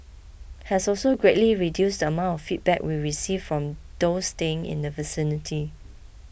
has also greatly reduced the amount of feedback we received from those staying in the vicinity